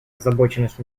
озабоченность